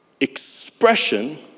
expression